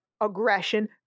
aggression